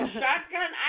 shotgun